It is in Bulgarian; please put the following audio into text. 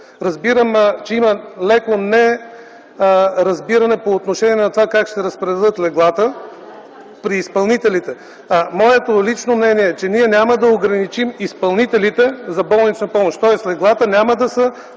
Разбирам, че има леко неразбиране по отношение на това как ще се разпределят леглата при изпълнителите. Моето лично мнение е, че ние няма да ограничим изпълнителите за болнична помощ, тоест леглата няма да са